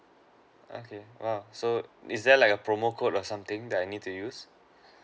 okay uh so is there like a promo code or something that I need to use